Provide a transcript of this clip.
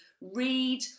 read